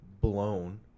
blown